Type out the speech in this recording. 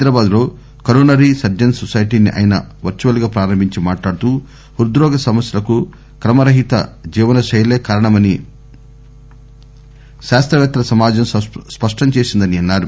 హైదరాబాదులో coronary surgeons సొసైటీని ఆయన వర్చువల్ గా ప్రారంభించి మాట్లాడుతూ హృద్రోగ సమస్యలకు క్రమరహిత జీవన శైలే కారణమని శాస్రవేత్తల సమాజం స్పష్టం చేసిందని అన్నారు